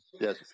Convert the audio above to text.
Yes